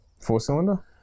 Four-cylinder